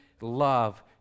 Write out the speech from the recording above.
love